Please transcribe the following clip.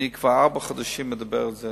אני כבר ארבעה חודשים מדבר על זה,